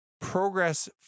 progress